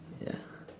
ya